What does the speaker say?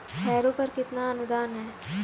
Harrow पर कितना अनुदान है?